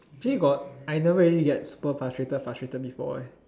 actually got I never really get super frustrated frustrated before eh